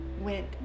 went